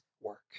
work